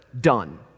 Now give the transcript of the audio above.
Done